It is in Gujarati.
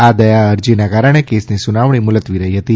આ દયા અરજીના કારણે કેસની સુનાવણી મુલતવી રહી હતી